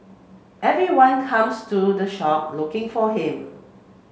everyone comes to the shop looking for him